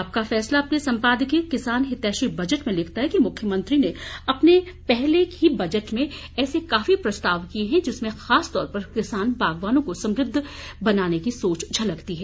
आपका फैसला अपने सम्पादकीय किसान हितैषी बजट में लिखता है कि मुख्यमंत्री ने अपने पहले ही बजट में ऐसे काफी प्रस्ताव किए है जिनमें खासतौर पर किसान बागवान को समृद्व बनाने की सोच झलकती है